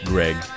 Greg